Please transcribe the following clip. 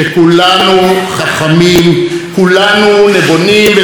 כולנו נבונים וכולנו יודעים את התורה.